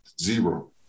zero